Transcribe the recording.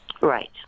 Right